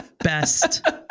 best